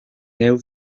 neu